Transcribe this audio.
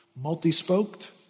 multi-spoked